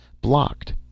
Blocked